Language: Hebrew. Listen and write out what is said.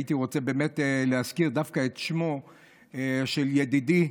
והייתי רוצה באמת להזכיר דווקא את שמו של ידידי,